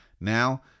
Now